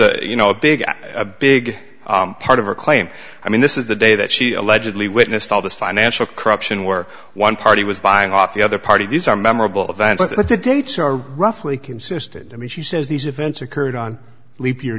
a you know a big a big part of a claim i mean this is the day that she allegedly witnessed all this financial corruption where one party was buying off the other party these are memorable events but the dates are roughly consistent i mean she says these events occurred on leap year